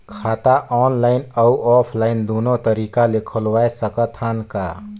खाता ऑनलाइन अउ ऑफलाइन दुनो तरीका ले खोलवाय सकत हन का?